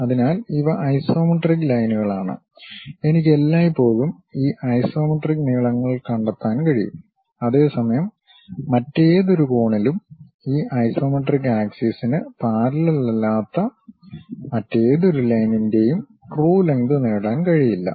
അതിനാൽ ഇവ ഐസോമെട്രിക് ലൈനുകളാണ് എനിക്ക് എല്ലായ്പ്പോഴും ഈ ഐസോമെട്രിക് നീളങ്ങൾ കണ്ടെത്താൻ കഴിയും അതേസമയം മറ്റേതൊരു കോണിലും ഈ ഐസോമെട്രിക് ആക്സിസ് ന് പാരല്ലെൽ അല്ലാത്ത മറ്റേതൊരു ലൈൻ ൻ്റെയും ട്രു ലെംഗ്ത് നേടാൻ കഴിയില്ല